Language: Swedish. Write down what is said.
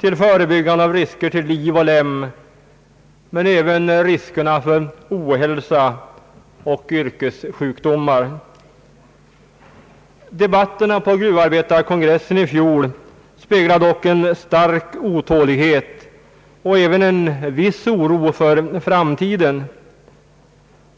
för att förebygga risker för skador till liv och lem men även för att minska riskerna för ohälsa och yrkessjukdomar. Debatterna på gruvarbetarkongressen i fjol avspeglade dock en stark otålighet och även en djup oro för framtiden.